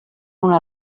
una